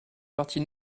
partie